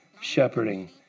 shepherding